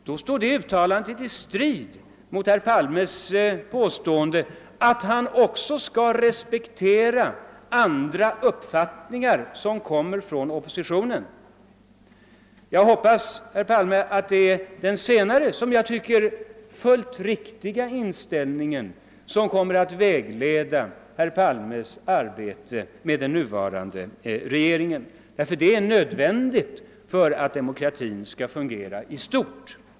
Det uttalandet står i strid mot herr Palmes påstående, att han också skall respektera uppfattningar som framförs av oppositionen. Jag hoppas att den senare, såsom jag tycker fullt riktiga, inställningen kommer att vägleda herr Palmes arbete i den nuvarande regeringen, eftersom detta är nödvändigt för att demokratin skall fungera i stort.